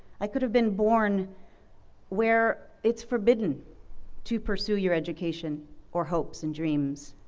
i could have been born where it's forbidden to pursue your education or hopes and dreams.